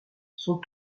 sont